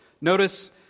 Notice